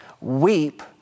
Weep